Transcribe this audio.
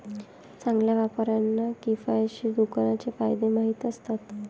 चांगल्या व्यापाऱ्यांना किफायतशीर दुकानाचे फायदे माहीत असतात